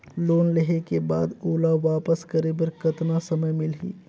Loan लेहे के बाद ओला वापस करे बर कतना समय मिलही?